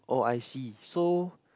oh I see so